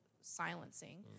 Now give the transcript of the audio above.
silencing